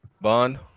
bond